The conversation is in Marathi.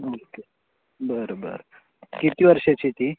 ओके बरं बरं किती वर्षाची आहे ती